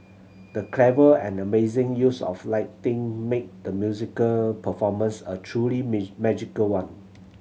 the clever and amazing use of lighting made the musical performance a truly magical one